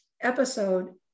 episode